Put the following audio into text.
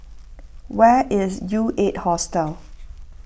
where is U eight Hostel